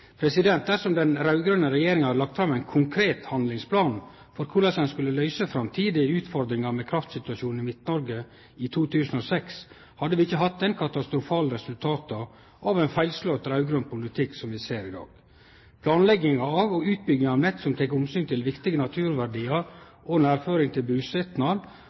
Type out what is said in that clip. tiltak. Dersom den raud-grøne regjeringa hadde lagt fram ein konkret handlingsplan for korleis ein skulle løyse framtidige utfordringar med kraftsituasjonen i Midt-Noreg i 2006, hadde vi ikkje hatt dei katastrofale resultata av ein feilslått raud-grøn politikk som vi ser i dag. Planlegginga og utbygginga av nett som tek omsyn til viktige naturverdiar og nærføring til busetnad,